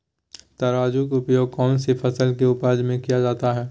तराजू का उपयोग कौन सी फसल के उपज में किया जाता है?